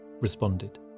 responded